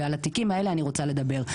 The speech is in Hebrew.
ועל התיקים האלה אני רוצה לדבר.